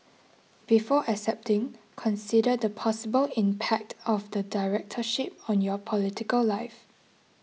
before accepting consider the possible impact of the directorship on your political life